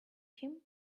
him